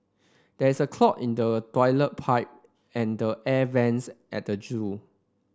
there is a clog in the toilet pipe and the air vents at the zoo